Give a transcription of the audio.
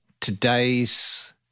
today's